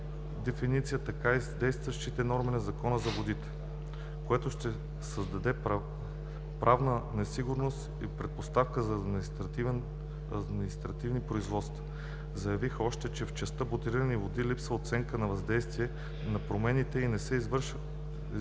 дефиниции, така и с действащи норми на Закона за водите, което ще създаде правна несигурност и предпоставки за административен произвол. Заявиха още, че в частта „бутилирани води“ липсва оценка на въздействието на промените и не е извършена